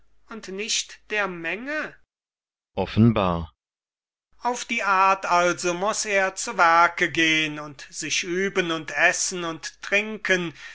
und nicht der menge kriton offenbar sokrates auf die art also muß er zu werke gehn und sich üben und essen und trinken